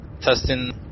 testing